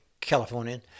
Californian